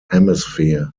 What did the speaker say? hemisphere